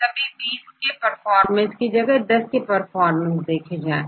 सभी 20 के परफॉर्मेंस की जगह10 के परफॉर्मेंस देखे जाएं